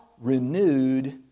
renewed